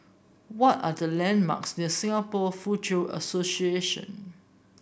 what are the landmarks near Singapore Foochow Association